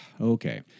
okay